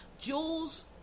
Jules